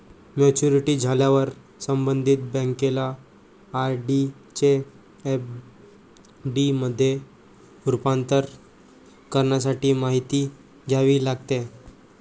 maturity झाल्यावर संबंधित बँकेला आर.डी चे एफ.डी मध्ये रूपांतर करण्यासाठी माहिती द्यावी लागते